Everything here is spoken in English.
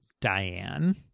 Diane